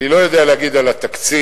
אני לא יודע להגיד על התקציב,